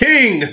King